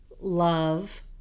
love